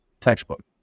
textbook